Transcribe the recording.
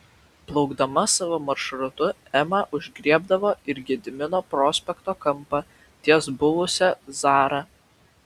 plaukdama savo maršrutu ema užgriebdavo ir gedimino prospekto kampą ties buvusia zara